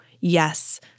Yes